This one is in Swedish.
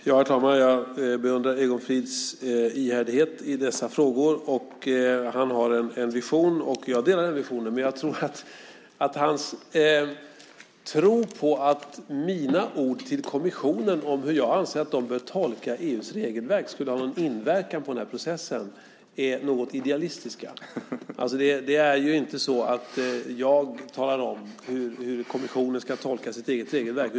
Herr talman! Jag beundrar Egon Frids ihärdighet i dessa frågor. Han har en vision. Jag delar den visionen, men hans tro på att mina ord till kommissionen om hur jag anser att de bör tolka EU:s regelverk har någon inverkan på den här processen är nog att vara något idealistisk. Det är ju inte så att jag talar om hur kommissionen ska tolka sitt eget regelverk.